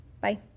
Bye